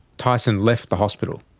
tyson left the hospital.